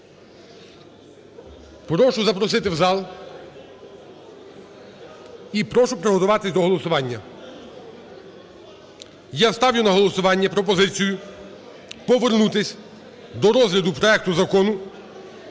Прошу запросити в зал і прошу приготуватись до голосування. Я ставлю на голосування пропозицію повернутись до розгляду проекту Закону